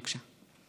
בבקשה.